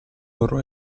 loro